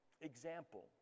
example